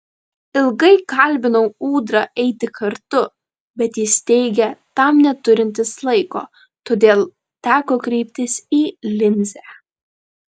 ilgai kalbinau ūdrą eiti kartu bet jis teigė tam neturintis laiko todėl teko kreiptis į linzę